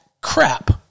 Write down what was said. Crap